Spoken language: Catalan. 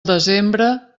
desembre